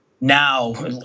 now